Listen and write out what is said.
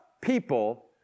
people